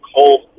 Cold